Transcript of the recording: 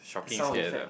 the sound effect